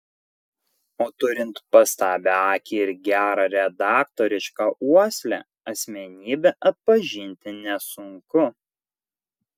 o turint pastabią akį ir gerą redaktorišką uoslę asmenybę atpažinti nesunku